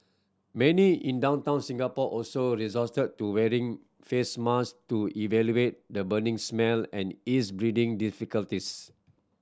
many in downtown Singapore also resorted to wearing face mask to alleviate the burning smell and ease breathing difficulties